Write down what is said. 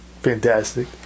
fantastic